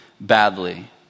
badly